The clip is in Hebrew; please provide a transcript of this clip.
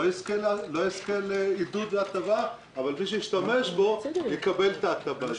יזכה לעידוד והטבה אבל מי שישתמש בו יקבל את ההטבה.